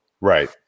Right